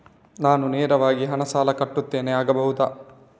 ನಾನು ನೇರವಾಗಿ ಹಣ ಸಾಲ ಕಟ್ಟುತ್ತೇನೆ ಆಗಬಹುದ?